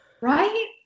right